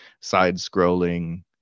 side-scrolling